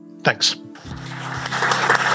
Thanks